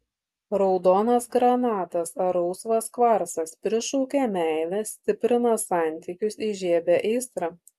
raudonas granatas ar rausvas kvarcas prišaukia meilę stiprina santykius įžiebia aistrą